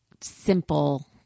simple